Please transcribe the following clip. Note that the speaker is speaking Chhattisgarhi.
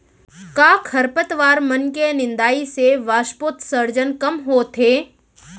का खरपतवार मन के निंदाई से वाष्पोत्सर्जन कम होथे?